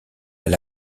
elle